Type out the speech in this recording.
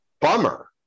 bummer